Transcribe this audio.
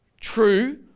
true